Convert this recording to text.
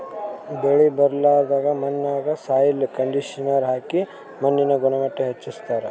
ಬೆಳಿ ಬೆಳಿಲಾರ್ದ್ ಮಣ್ಣಿಗ್ ಸಾಯ್ಲ್ ಕಂಡಿಷನರ್ ಹಾಕಿ ಮಣ್ಣಿನ್ ಗುಣಮಟ್ಟ್ ಹೆಚಸ್ಸ್ತಾರ್